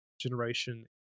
generation